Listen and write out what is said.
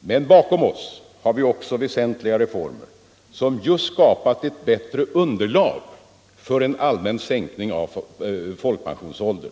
Men bakom oss har vi också väsentliga reformer som just skapat ett bättre underlag för en allmän sänkning av folkpensionsåldern.